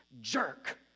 jerk